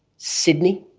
sydney,